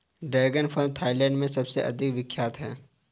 dragon फल Thailand में सबसे अधिक विख्यात है